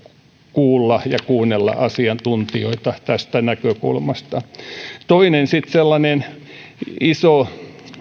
kuulla ja kuunnella asiantuntijoita tästä näkökulmasta toinen iso